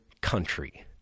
country